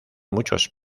muchos